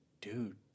dude